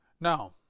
Now